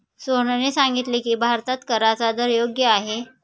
सोहनने सांगितले की, भारतात कराचा दर योग्य आहे